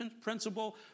principle